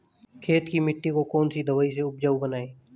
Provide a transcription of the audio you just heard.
खेत की मिटी को कौन सी दवाई से उपजाऊ बनायें?